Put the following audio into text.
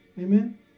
Amen